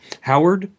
Howard